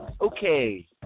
okay